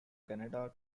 canada